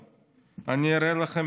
אני אראה לכם